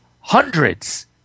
hundreds